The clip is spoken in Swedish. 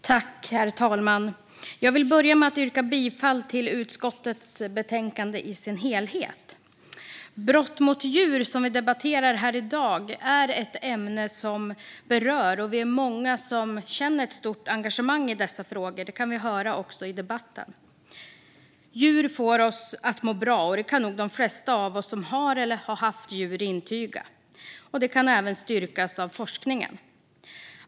Herr talman! Jag vill börja med att yrka bifall till förslaget i utskottets betänkande i dess helhet. Brott mot djur, som vi debatterar här i dag, är ett ämne som berör. Det är många som känner ett stort engagemang i dessa frågor, vilket vi också kan höra i debatten. Djur får oss att må bra; det kan nog de flesta av oss som har eller har haft djur intyga. Det kan även styrkas av forskningen.